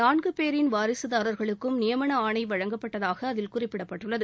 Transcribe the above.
நான்கு பேரின் வாரிசுதாரர்களுக்கும் நியமன ஆணை வழங்கப்பட்டதாக அதில் குறிப்பிடப்பட்டுள்ளது